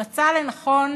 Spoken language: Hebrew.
מצא לנכון